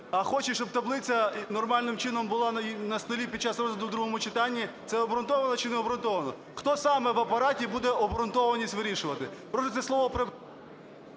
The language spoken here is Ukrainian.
а хоче, щоб таблиця нормальним чином була на столі під час розгляду у другому читанні, це обґрунтовано чи не обґрунтовано? Хто саме в Апараті буде обґрунтованість вирішувати? ГОЛОВУЮЧИЙ. Позиція